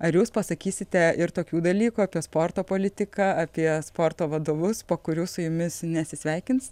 ar jūs pasakysite ir tokių dalykų apie sporto politiką apie sporto vadovus po kurių su jumis nesisveikins